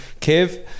Kev